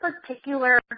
particular